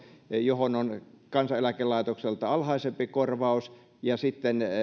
johon on kansaneläkelaitokselta alhaisempi korvaus ja sitten